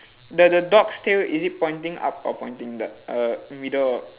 the the dog's tail is it pointing up or pointing the err middle